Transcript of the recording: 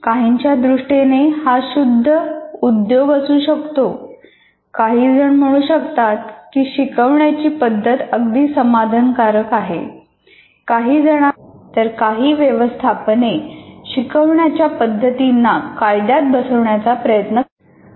काहींच्या दृष्टीने हा शुद्ध उद्योग असू शकतो काही जण म्हणू शकतात की शिकवण्याची पद्धत अगदी समाधानकारक आहे काहीजणांना सूक्ष्म पातळीवर जाऊन व्यवस्थापन करायचे असते तर काही व्यवस्थापने शिकवण्याच्या पद्धतींना कायद्यात बसवण्याचा प्रयत्न करतात